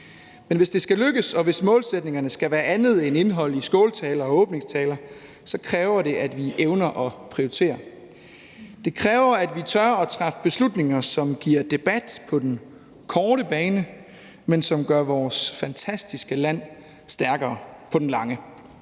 Men hvis det skal lykkes, og hvis målsætningerne skal være andet end indhold i skåltaler og åbningstaler, kræver det, at vi evner at prioritere. Det kræver, at vi tør træffe beslutninger, som giver debat på den korte bane, men som gør vores fantastiske land stærkere på den lange.